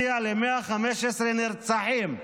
הגיע ל-115 נרצחים,